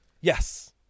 Yes